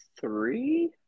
three